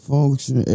Function